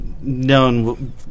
known